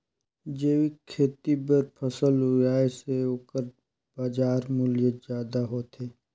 जैविक खेती बर फसल उगाए से ओकर बाजार मूल्य ज्यादा होथे